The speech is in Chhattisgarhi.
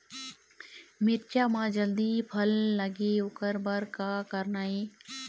मिरचा म जल्दी फल लगे ओकर बर का करना ये?